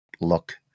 look